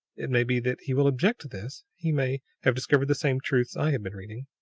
it may be that he will object to this he may have discovered the same truths i have been reading,